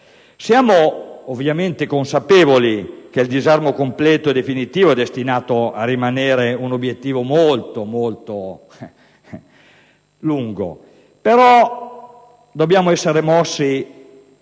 Siamo ovviamente consapevoli che il disarmo completo e definitivo è destinato a rimanere un obiettivo di lungo respiro: però dobbiamo essere mossi